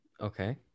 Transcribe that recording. Okay